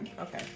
Okay